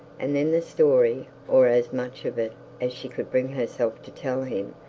and then the story, or as much of it as she could bring herself to tell him,